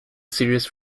series